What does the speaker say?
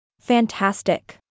Fantastic